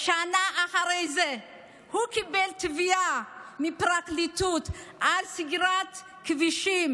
שנה אחרי זה הוא קיבל תביעה מהפרקליטות על סגירת כבישים,